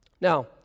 Now